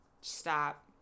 stop